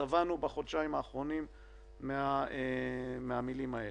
שבענו בחודשיים האחרונים מהמילים האלה.